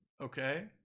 Okay